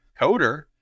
coder